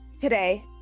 Today